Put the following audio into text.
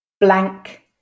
Blank